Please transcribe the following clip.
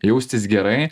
jaustis gerai